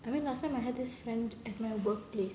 I mean last time I had this friend at my workplace